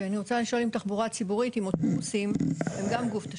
אני רוצה לשאול אם התחבורה הציבורית עם אוטובוסים היא גם גוף תשתית?